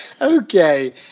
Okay